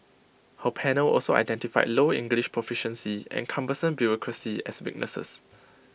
her panel also identified low English proficiency and cumbersome bureaucracy as weaknesses